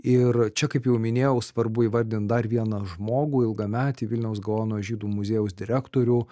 ir čia kaip jau minėjau svarbu įvardint dar vieną žmogų ilgametį vilniaus gaono žydų muziejaus direktorių